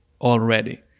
already